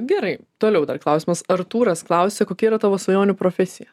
gerai toliau dar klausimas artūras klausia kokia yra tavo svajonių profesija